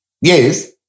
Yes